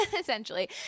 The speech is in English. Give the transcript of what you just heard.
Essentially